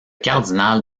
cardinal